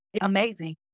Amazing